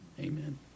Amen